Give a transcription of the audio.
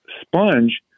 sponge